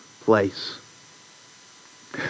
place